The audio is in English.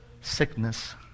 sickness